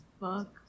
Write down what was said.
Fuck